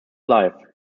life